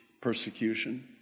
persecution